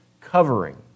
covering